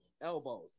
elbows